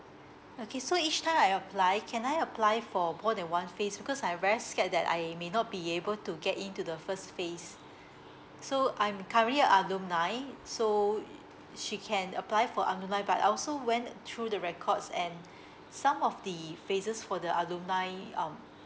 okay so each time I apply can I apply for more than one phase because I very scared that I may not be able to get into the first phase so I'm currently a alumni so she can apply for alumni but I also went through the records and some of the phases for the alumni um